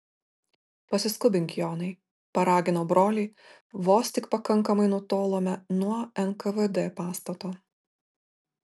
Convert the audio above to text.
pasiskubink jonai paraginau brolį vos tik pakankamai nutolome nuo nkvd pastato